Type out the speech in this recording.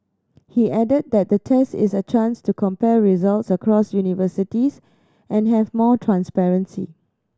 he added that the test is a chance to compare results across universities and have more transparency